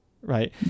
right